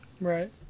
Right